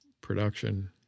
production